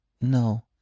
No